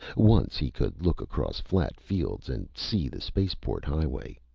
once he could look across flat fields and see the spaceport highway.